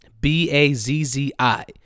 B-A-Z-Z-I